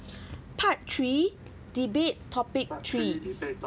part three debate topic three